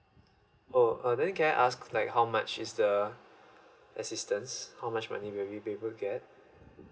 oh uh then can I ask like how much is the assistance how much money will we be able get